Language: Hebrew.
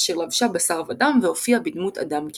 אשר לבשה בשר ודם והופיעה בדמות אדם כישו.